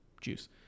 juice